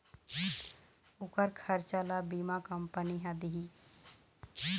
ओखर खरचा ल बीमा कंपनी ह दिही